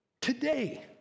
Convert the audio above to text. Today